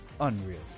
unreal